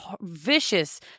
vicious